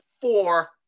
four